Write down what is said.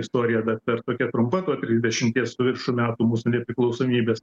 istorija dar per tokia trumpa tuo trisdešimties su viršum metų mūsų nepriklausomybės